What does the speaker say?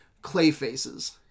Clayfaces